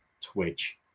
Twitch